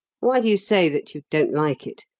why do you say that you don't like it?